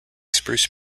spruce